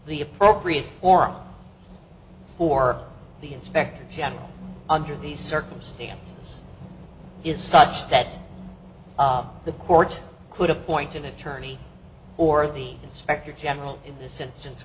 the appropriate forum for the inspector general under these circumstances is such that the court could appoint an attorney or the inspector general in this instance